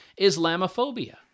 islamophobia